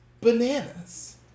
bananas